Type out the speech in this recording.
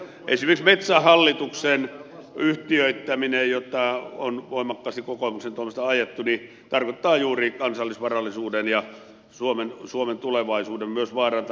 esimerkiksi metsähallituksen yhtiöittäminen jota on voimakkaasti kokoomuksen toimesta ajettu tarkoittaa juuri kansallisvarallisuuden ja myös suomen tulevaisuuden vaarantamista